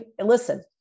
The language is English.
Listen